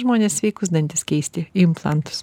žmonės sveikus dantis keisti į implantus